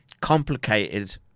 complicated